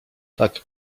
tak